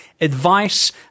advice